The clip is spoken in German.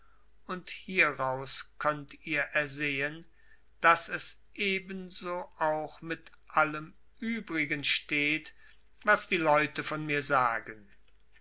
und hieraus könnt ihr ersehen daß es ebenso auch mit allem übrigen steht was die leute von mir sagen